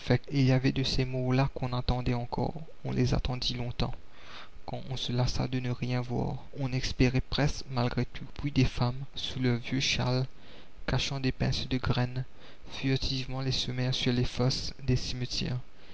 il y avait de ces morts là qu'on attendait encore on les attendit longtemps quand on se lassa de ne rien voir on espérait presque malgré tout puis des femmes sous leurs vieux châles cachant des pincées de graines furtivement les semèrent sur les fosses des cimetières